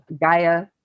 Gaia